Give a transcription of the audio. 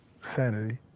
sanity